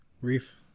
Reef